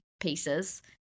pieces